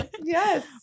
Yes